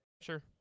Sure